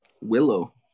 Willow